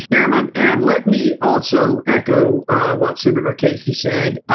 chairman. and let me also echo what senator casey said.